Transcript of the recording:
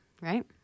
right